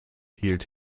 hielt